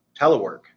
telework